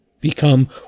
become